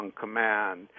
command